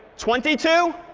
twenty two?